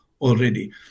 already